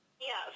Yes